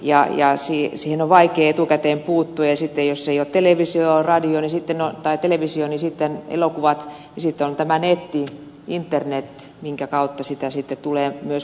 siihen on vaikea etukäteen puuttua esite jossa jo television radion ja sitten jos ei ole televisiota on elokuvat ja tämä netti internet minkä kautta sitä sitten tulee myös maailmalta